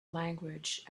language